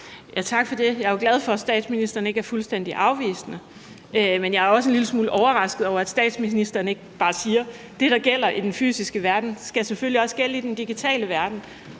Tak for det. Jeg er jo glad for, at statsministeren ikke er fuldstændig afvisende, men jeg er også en lille smule overrasket over, at statsministeren ikke bare siger, at det, der gælder i den fysiske verden, selvfølgelig også skal gælde i den digitale verden,